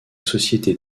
société